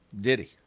Diddy